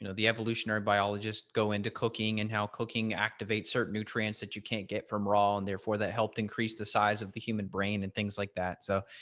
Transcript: you know the evolutionary biologist go into cooking and help cooking activates certain nutrients that you can't get from raw and therefore that helped increase the size of the human brain and things like that. so,